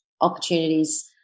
opportunities